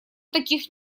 таких